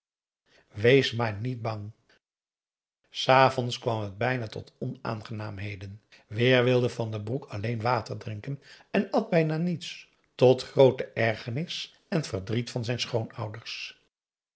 wees maar niet bang s avonds kwam het bijna tot onaangenaamheden weer wilde van den broek alleen water drinken en at p a daum hoe hij raad van indië werd onder ps maurits bijna niets tot groote ergernis en verdriet van zijn schoonouders